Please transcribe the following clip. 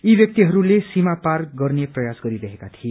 यी ब्यक्तिहरूले सिमा पार गर्ने प्रयास गरिरहेका थिए